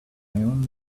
only